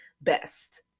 best